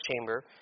chamber